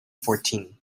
fourteen